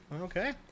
Okay